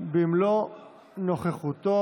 במלוא נוכחותו.